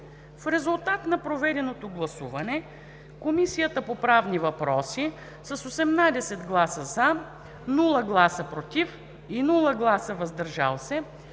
В резултат на проведеното гласуване, Комисията по правни въпроси с 18 гласа „за“, без гласове „против“ и „въздържал се“